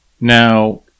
Now